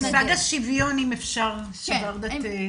מושג השוויון תרחיבי.